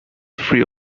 free